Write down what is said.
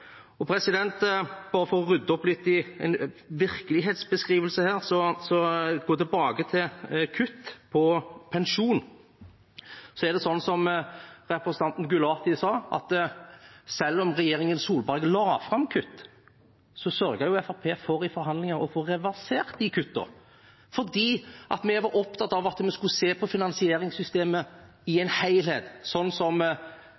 å rydde opp litt i en virkelighetsbeskrivelse som går tilbake til temaet kutt på pensjon, er det slik, som representanten Gulati sa, at selv om Solberg-regjeringen la fram kutt, sørget jo Fremskrittspartiet i forhandlinger for å få reversert de kuttene, fordi vi var opptatt av at vi skulle se på finansieringssystemet i en helhet, som